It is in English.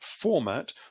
format